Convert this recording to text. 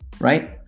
right